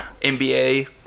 NBA